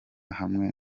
hamwe